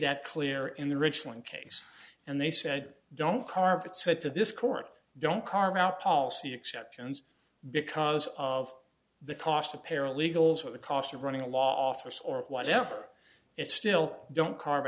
that clear in the richland case and they said don't carve it said to this court don't carve out policy exceptions because of the cost of paralegals or the cost of running a law office or whatever it's still don't carve